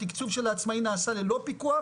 התקצוב של העצמאיים נעשה ללא פיקוח